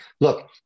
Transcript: look